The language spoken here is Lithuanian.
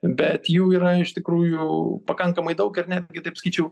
bet jų yra iš tikrųjų pakankamai daug ir netgi taip sakyčiau